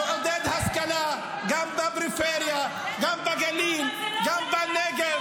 לעודד השכלה, גם בפריפריה, גם בגליל, גם בנגב,